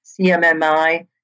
CMMI